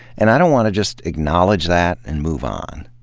and i don't want to just acknowledge that and move on.